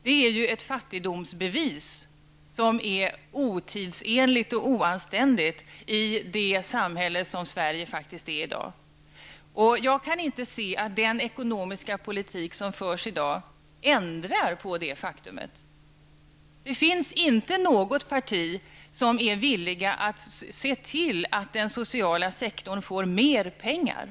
Det är ett fattigdomsbevis som är otidsenligt och oanständigt i det samhälle som Sverige i dag är. Jag kan inte se att den ekonomiska politik som i dag förs ändrar detta faktum. Det finns inte något parti som är villigt att se till att den sociala sektorn får mer pengar.